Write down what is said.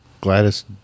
Gladys